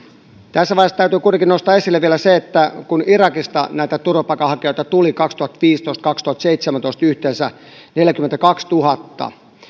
tässä vaiheessa täytyy kuitenkin nostaa esille vielä se että kun irakista näitä turvapaikanhakijoita tuli kaksituhattaviisitoista viiva kaksituhattaseitsemäntoista yhteensä neljäkymmentäkaksituhatta